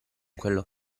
quello